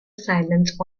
silence